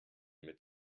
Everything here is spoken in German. mit